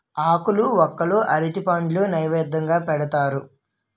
ఆకులు వక్కలు అరటిపండు నైవేద్యంగా పెడతారు